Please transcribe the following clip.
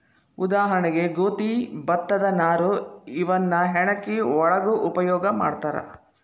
ಉದಾಹರಣೆಗೆ ಗೋದಿ ಭತ್ತದ ನಾರು ಇವನ್ನ ಹೆಣಕಿ ಒಳಗು ಉಪಯೋಗಾ ಮಾಡ್ತಾರ